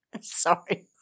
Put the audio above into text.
Sorry